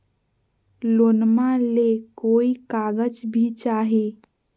लोनमा ले कोई कागज भी चाही?